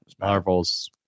Marvels